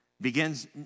begins